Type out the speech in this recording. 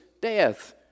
death